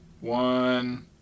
One